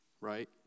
Right